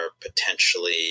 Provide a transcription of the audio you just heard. potentially